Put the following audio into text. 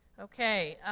okay,